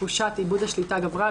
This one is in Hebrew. תחושת איבוד השליטה גברה".